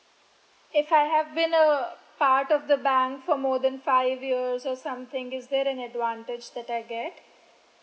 if I have been a part of the bank for more than five years or something is there an advantage that I get